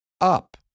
up